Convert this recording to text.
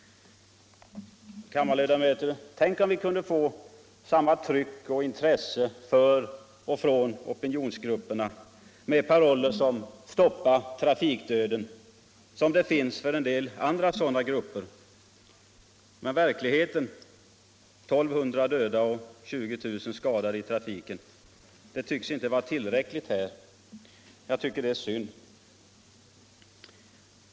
Kammarledamöter! Tänk om vi kunde få samma tryck från och intresse för opinionsgrupper med paroller såsom ”Stoppa trafikdöden” som det finns från och för en del andra sådana grupper. Men verkligheten — 1 200 döda och 20 000 skadade i trafiken — tycks inte vara tillräcklig här. Jag tycker det är synd.